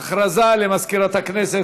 הודעה למזכירת הכנסת.